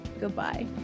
Goodbye